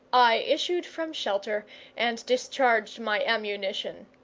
i issued from shelter and discharged my ammunition.